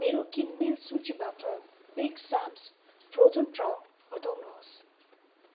मेरो किनमेल सूचीबाट बिग साम्स फ्रोजन प्राउन हटाउनुहोस्